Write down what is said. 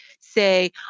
say